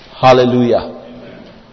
Hallelujah